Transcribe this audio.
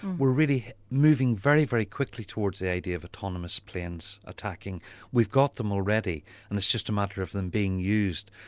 we're really moving very, very quickly towards the idea of autonomous planes attacking we've got them already and it's just a matter of them being used.